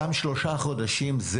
גם שלושה חודשים זה